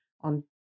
on